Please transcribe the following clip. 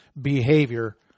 behavior